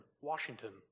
Washington